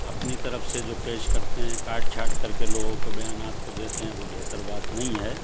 اپنی طرف سے جو پیش کرتے ہیں کاٹ چھانٹ کر کے لوگوں کے بیانات کو دیتے ہیں وہ بہتر بات نہیں ہے